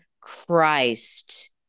Christ